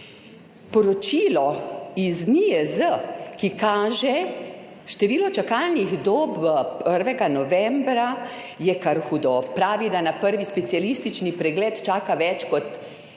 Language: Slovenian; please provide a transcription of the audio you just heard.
Poročilo NIJZ, ki kaže število čakalnih dob 1. novembra, je kar hudo. Pravi, da na prvi specialistični pregled čaka več kot